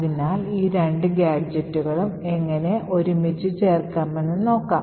അതിനാൽ ഈ രണ്ട് ഗാഡ്ജെറ്റുകളും എങ്ങനെ ഒരുമിച്ച് ചേർക്കാമെന്ന് നോക്കാം